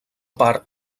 part